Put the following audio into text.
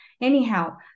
Anyhow